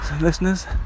listeners